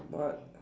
but